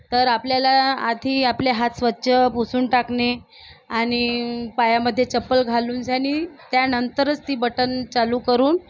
तर आपल्याला आधी आपले हात स्वछ पुसून टाकणे आणि पायामध्ये चप्पल घालून जाणे त्यानंतरच ती बटन चालू करून